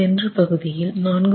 சென்ற பகுதியில் 4